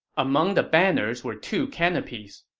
among the banners were two canopies.